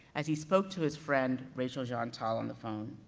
as he spoke to his friend, rachel jeantel on the phone.